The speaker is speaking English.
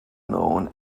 known